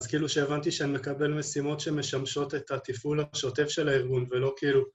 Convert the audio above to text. אז כאילו שהבנתי שאני מקבל משימות שמשמשות את התפעול השוטף של הארגון ולא כאילו